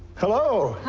hello.